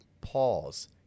pause